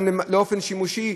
באופן שימושי,